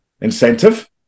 incentive